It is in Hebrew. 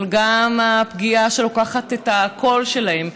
אבל גם הפגיעה שלוקחת את הקול שלהן,